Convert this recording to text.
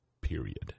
period